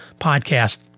podcast